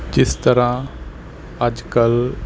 ਜਿਸ ਤਰ੍ਹਾਂ ਅੱਜ ਕੱਲ੍ਹ